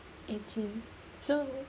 eighteen so